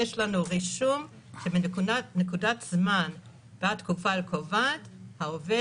יש לנו רישום שמנקודת זמן בתקופה הקובעת העובד